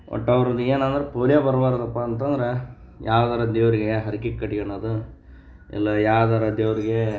ಒಟ್ಟು ಅವ್ರದ್ದು ಏನು ಅಂದ್ರೆ ಪೋಲಿಯೊ ಬರಬಾರ್ದಪ್ಪ ಅಂತಂದ್ರೆ ಯಾವ್ದಾರೂ ದೇವ್ರಿಗೆ ಹರ್ಕೆ ಕಟ್ಕಣದು ಇಲ್ಲ ಯಾವ್ದಾರೂ ದೇವ್ರ್ಗೆ